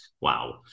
Wow